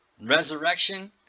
resurrection